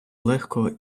легко